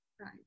Right